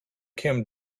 kim